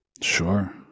Sure